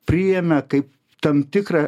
priėmė kaip tam tikrą